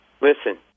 Listen